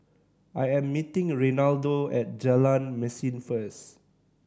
I am meeting Reinaldo at Jalan Mesin first